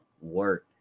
work